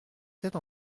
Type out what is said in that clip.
tête